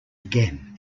again